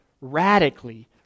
radically